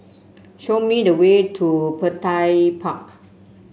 show me the way to Petir Park